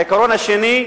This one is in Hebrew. העיקרון השני,